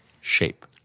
shape